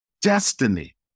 destiny